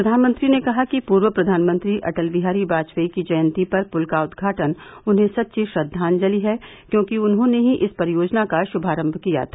प्रधानमंत्री ने कहा कि पूर्व प्रधानमंत्री अटल बिहारी वाजपेयी की जयंती पर पूल का उदघाटन उन्हें सच्ची श्रद्वांजलि है क्योंकि उन्होंने ही इस परियोजना का शुभारंभ किया था